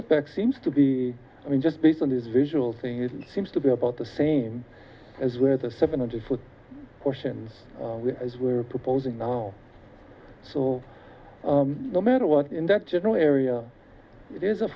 back seems to be i mean just based on his visual thing it seems to be about the same as with a seven hundred foot portions as we're proposing now so no matter what in that general area it is a